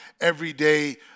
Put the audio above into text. everyday